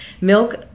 Milk